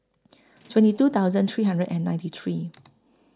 twenty two thousand three hundred and ninety three